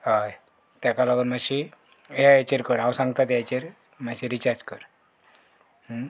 हय ताका लागून मातशी ह्या हाचेर कर हांव सांगता हेचेर मातशें रिचार्ज कर